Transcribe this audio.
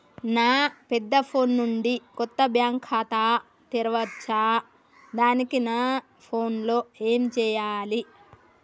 నా పెద్ద ఫోన్ నుండి కొత్త బ్యాంక్ ఖాతా తెరవచ్చా? దానికి నా ఫోన్ లో ఏం చేయాలి?